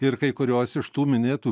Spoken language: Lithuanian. ir kai kurios iš tų minėtų